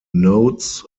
nodes